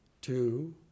two